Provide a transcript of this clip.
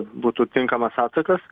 būtų tinkamas atsakas